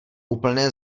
úplné